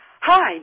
Hi